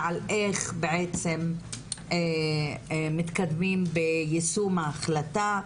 ועל איך בעצם מתקדמים ביישום ההחלטה.